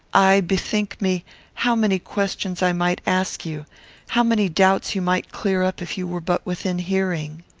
i bethink me how many questions i might ask you how many doubts you might clear up if you were but within hearing.